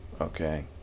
okay